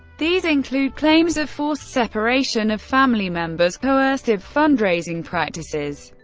these include claims of forced separation of family members, coercive fundraising practices,